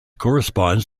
corresponds